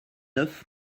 oeuf